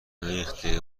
ریخته